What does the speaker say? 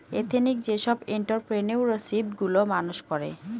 ethnic যেসব entrepreneurship গুলো মানুষ করে